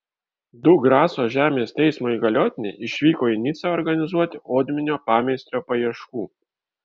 du graso žemės teismo įgaliotiniai išvyko į nicą organizuoti odminio pameistrio paieškų